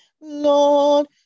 Lord